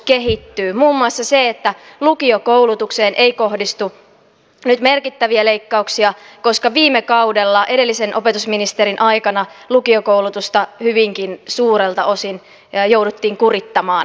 muun muassa lukiokoulutukseen ei kohdistu nyt merkittäviä leikkauksia koska viime kaudella edellisen opetusministerin aikana lukiokoulutusta hyvinkin suurelta osin kuritettiin